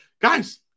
Guys